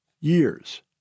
Years